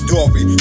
Dory